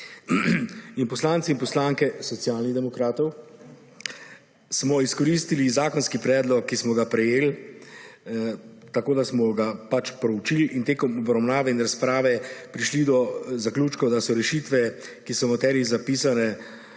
Poslanci in poslanke Socialnih demokratov smo izkoristili zakonski predlog, ki smo ga prejeli, tako, da smo ga proučili in tekom obravnave ter razprave prišli do zaključka, da so rešitve, ki so zapisane,